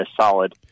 solid